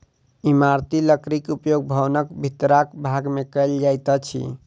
इमारती लकड़ीक उपयोग भवनक भीतरका भाग मे कयल जाइत अछि